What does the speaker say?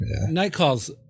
Nightcall's